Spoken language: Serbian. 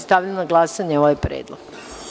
Stavljam na glasanje ovaj predlog.